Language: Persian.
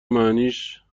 معنیش